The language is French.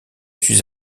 suis